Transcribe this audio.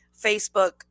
Facebook